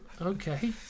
Okay